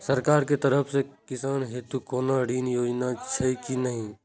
सरकार के तरफ से किसान हेतू कोना ऋण योजना छै कि नहिं?